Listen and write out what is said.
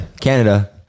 Canada